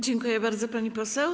Dziękuję bardzo, pani poseł.